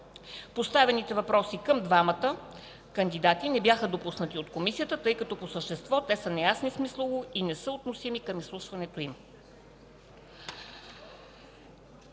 Поставените въпроси към двамата кандидати не бяха допуснати от Комисията, тъй като по същество те не са ясни смислово и не са относими към изслушването им.